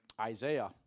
Isaiah